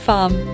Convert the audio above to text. Farm